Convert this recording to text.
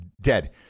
Dead